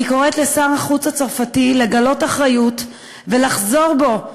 אני קוראת לשר החוץ הצרפתי לגלות אחריות ולחזור בו מהתבטאויותיו,